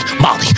Molly